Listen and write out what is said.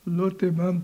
nu tai man